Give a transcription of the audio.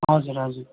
हजुर हजुर